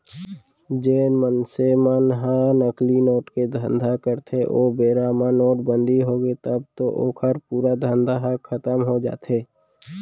जेन मनसे मन ह नकली नोट के धंधा करथे ओ बेरा म नोटबंदी होगे तब तो ओखर पूरा धंधा ह खतम हो जाथे